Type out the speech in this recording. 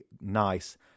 nice